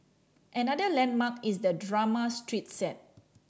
another landmark is the drama street set